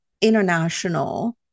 International